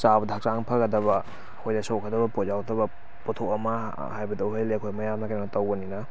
ꯆꯥꯕꯗ ꯍꯛꯆꯥꯡ ꯐꯒꯗꯕ ꯑꯩꯈꯣꯏꯗ ꯁꯣꯛꯀꯗꯕ ꯄꯣꯠ ꯌꯥꯎꯗꯕ ꯄꯣꯠꯊꯣꯛ ꯑꯃ ꯍꯥꯏꯕꯗꯨ ꯑꯣꯏꯍꯜꯂꯦ ꯑꯩꯈꯣꯏ ꯃꯌꯥꯝꯅ ꯀꯩꯅꯣ ꯇꯧꯕꯅꯤꯅ